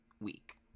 week